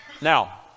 Now